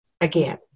again